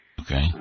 Okay